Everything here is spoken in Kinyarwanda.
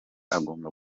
agomba